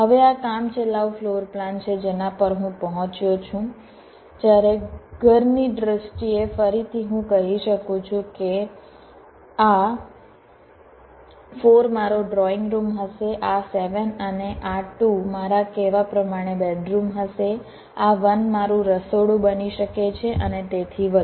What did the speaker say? હવે આ કામચલાઉ ફ્લોરપ્લાન છે જેના પર હું પહોંચ્યો છું જ્યારે ઘરની દ્રષ્ટિએ ફરીથી હું કહી શકું છું કે આ 4 મારો ડ્રોઈંગ રૂમ હશે આ 7 અને આ 2 મારા કહેવા પ્રમાણે બેડરૂમ હશે આ 1 મારું રસોડું બની શકે છે અને તેથી વધુ